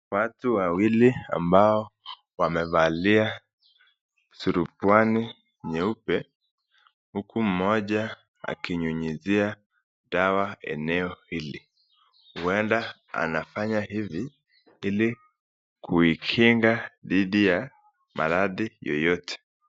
Watu wawili ambao wamevalia surupwani nyeupe huku mmoja akinyunyuzia dawa eneo hili. Huenda anafanya hivi ili kuikinga dhidi ya maradhi yeyote.